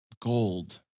gold